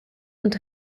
und